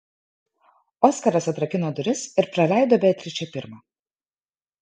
oskaras atrakino duris ir praleido beatričę pirmą